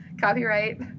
Copyright